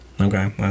Okay